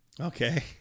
Okay